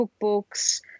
cookbooks